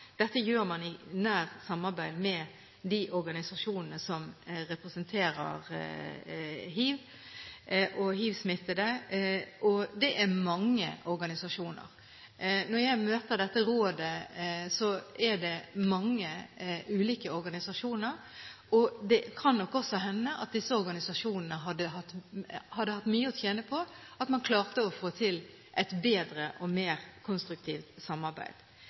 Dette gjør man i nært samarbeid med de organisasjonene som representerer hivsmittede – og det er mange organisasjoner. Når jeg møter dette rådet, er det mange ulike organisasjoner, og det kan nok også hende at disse organisasjonene hadde hatt mye å tjene på at man klarte å få til et bedre og mer konstruktivt samarbeid.